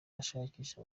ashakisha